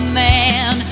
man